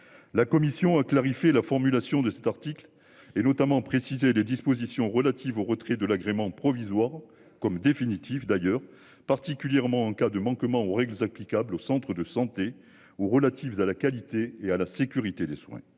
La commission a clarifié la formulation de cet article, et notamment préciser les dispositions relatives au retrait de l'agrément provisoire comme définitif d'ailleurs particulièrement en cas de manquement aux règles applicables au Centre de santé ou relatives à la qualité et à la sécurité des soins.